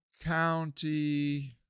County